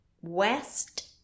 West